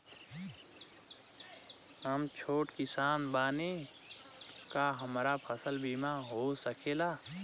हम छोट किसान बानी का हमरा फसल बीमा हो सकेला?